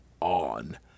on